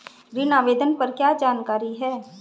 ऋण आवेदन पर क्या जानकारी है?